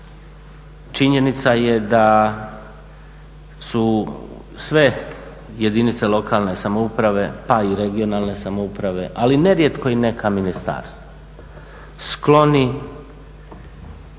Činjenica je da su sve jedinice lokalne samouprave, pa i regionalne samouprave ali nerijetko i neka ministarstva skloni